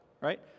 right